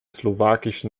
slowakischen